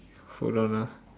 hold on ah